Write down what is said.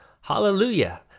Hallelujah